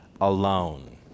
alone